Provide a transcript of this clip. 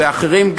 וגם אחרים.